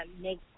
make